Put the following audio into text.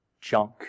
junk